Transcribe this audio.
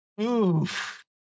Oof